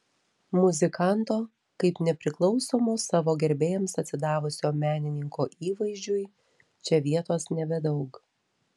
muzikanto kaip nepriklausomo savo gerbėjams atsidavusio menininko įvaizdžiui čia vietos nebedaug